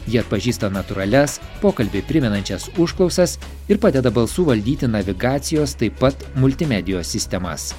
ji atpažįsta natūralias pokalbį primenančias užklausas ir padeda balsu valdyti navigacijos taip pat multimedijos sistemas